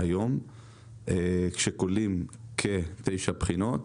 שכוללות כתשע בחינות.